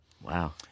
Wow